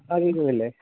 ആ കേൾക്കുന്നില്ലേ